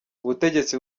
ubutegetsi